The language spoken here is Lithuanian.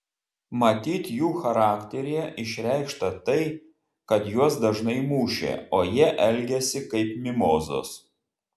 matyt jų charakteryje išreikšta tai kad juos dažnai mušė o jie elgėsi kaip mimozos